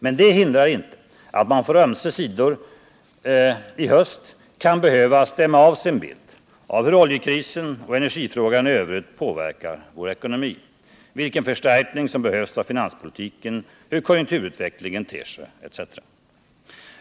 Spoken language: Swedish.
Men det hindrar inte att man från ömse sidor i höst kan behöva stämma av sin bild av hur oljekrisen och energifrågan i övrigt påverkar vår ekonomi, vilken förstärkning som behövs av finanspolitiken, hur konjunkturutveck lingen ter sig etc.